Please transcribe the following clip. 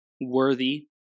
worthy